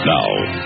Now